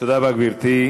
תודה רבה, גברתי.